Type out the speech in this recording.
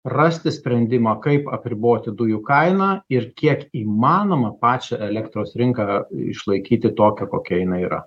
rasti sprendimą kaip apriboti dujų kainą ir kiek įmanoma pačią elektros rinką išlaikyti tokią kokia jinai yra